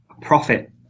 profit